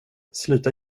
sluta